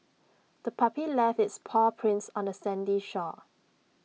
the puppy left its paw prints on the sandy shore